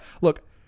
look